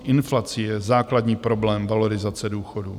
Inflace je základní problém valorizace důchodů.